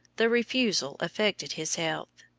the refusal affected his health.